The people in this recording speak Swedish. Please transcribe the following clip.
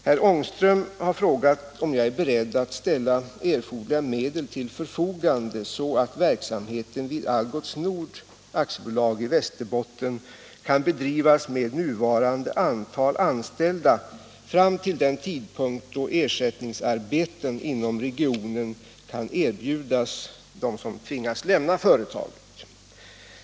Herr Ångström har frågat om jag är beredd att ställa erforderliga medel till förfogande så att verksamheten vid Algots Nord AB i Västerbotten kan bedrivas med nuvarande antal anställda fram till den tidpunkt, då 23 ersättningsarbeten inom regionen kan erbjudas dem som tvingas lämna företaget.